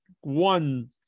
one